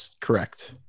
correct